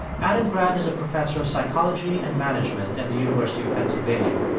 adam grant is a professor of psychology and management at the university of pennsylvania.